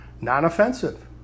Non-offensive